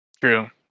True